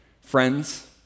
Friends